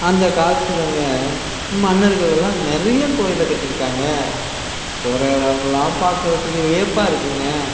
அந்தக் காலத்திலங்க மன்னர்கள் எல்லாம் நிறைய கோயிலை கட்டியிருக்காங்க போகிற இடமெல்லாம் பார்க்குறதுக்கு வியப்பாக இருக்குதுங்க